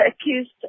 accused